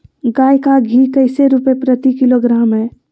गाय का घी कैसे रुपए प्रति किलोग्राम है?